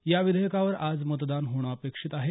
या विधेयकावर आज मतदान होणं अपेक्षित आहे